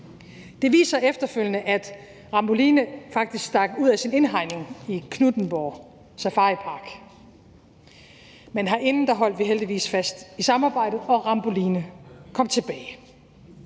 Det viste sig efterfølgende, at Ramboline faktisk stak af ud af sin indhegning i Knuthenborg Safaripark, men herinde holdt vi heldigvis fast i samarbejdet, og Ramboline kom tilbage.